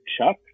Chuck